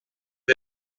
des